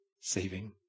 saving